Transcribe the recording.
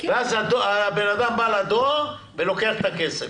ואז האדם בא לדואר ולוקח את הכסף.